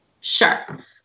Sure